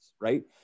right